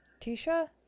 Tisha